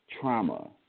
trauma